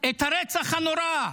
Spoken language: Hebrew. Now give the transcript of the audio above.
את הרצח הנורא.